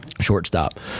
shortstop